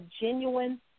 genuine